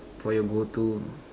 for your go to